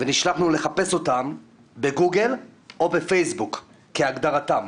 ונשלחנו לחפש אותם בגוגל או בפייסבוק, כהגדרתם.